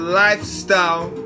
lifestyle